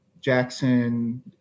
Jackson